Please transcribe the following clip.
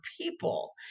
people